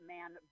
Man